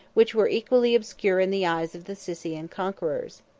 which were equally obscure in the eyes of the scythian conquerors.